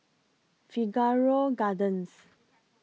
Figaro Gardens